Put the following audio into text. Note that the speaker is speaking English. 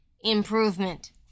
improvement